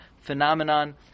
phenomenon